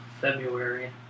February